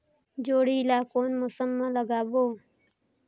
जोणी ला कोन मौसम मा लगाबो?